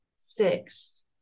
six